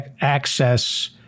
access